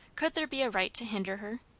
could there be a right to hinder her?